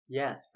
yes